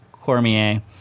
Cormier